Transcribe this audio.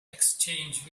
exchange